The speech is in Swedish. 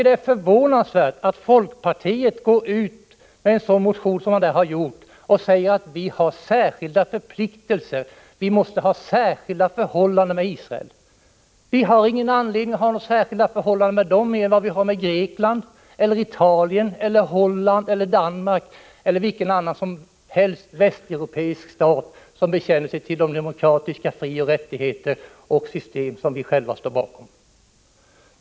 Det är förvånansvärt att folkpartiet har gått ut med en sådan motion som den nu aktuella, där ni säger att vi har särskilda förpliktelser och att vi måste ha ett särskilt förhållande med Israel. Vi har ingen större anledning att ha några särskilda förhållanden med Israel än vi har att ha det med Grekland, Italien, Holland, Danmark eller vilken annan västeuropeisk stat som helst, som bekänner sig till de demokratiska frioch rättigheter och system som vi själva står bakom.